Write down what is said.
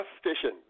station